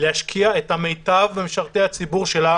להשקיע את המיטב במשרתי הציבור שלה